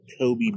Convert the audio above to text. kobe